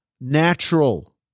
natural